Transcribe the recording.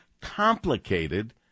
complicated